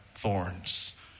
Thorns